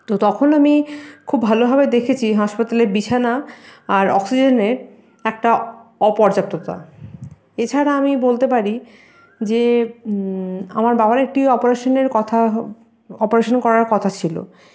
তো তখন আমি খুব ভালোভাবে দেখেছি হাসপাতালের বিছানা আর অক্সিজেনের একটা অপর্যাপ্ততা এছাড়া আমি বলতে পারি যে আমার বাবার একটি অপারেশানের কথা অপারেশান করার কথা ছিলো